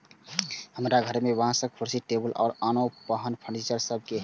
हमरा घर मे बांसक कुर्सी, टेबुल आ आनो तरह फर्नीचर सब छै